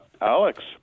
Alex